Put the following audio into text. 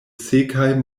sekaj